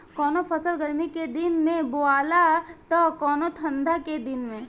कवनो फसल गर्मी के दिन में बोआला त कवनो ठंडा के दिन में